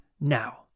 now